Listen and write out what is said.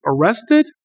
arrested